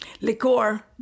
liqueur